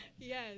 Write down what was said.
Yes